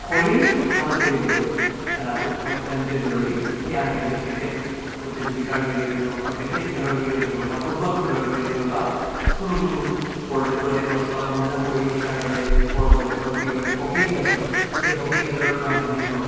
শৰীৰ ভাল কৰিবলৈ খেলাটো অত্যন্ত জৰুৰী সেয়া লাগিলে ক্ৰিকেট প্ৰতিযোগিতাৰ জৰিয়তে হওক বা ক্ৰিকেট খেলৰ জৰিয়তে হওক বা ফুটবল খেলৰ জৰিয়তে হয় বা কোনো কোনো প্ৰদেশত বা পঞ্জাৱ উৰিষ্যাৰ দৰে প্ৰদেশত যিদৰে হকী খেল হয় সেই হকী খেলৰ মাধ্যমেৰেই হওক